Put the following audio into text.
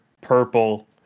purple